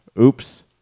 oops